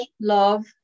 love